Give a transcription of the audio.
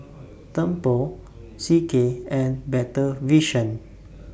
Tempur C K and Better Vision